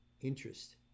interest